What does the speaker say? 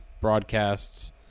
broadcasts